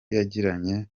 yagiranye